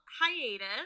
hiatus